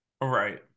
right